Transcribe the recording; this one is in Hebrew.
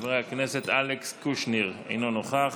חבר הכנסת אלכס קושניר, אינו נוכח,